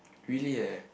really eh